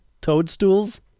toadstools